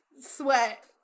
Sweat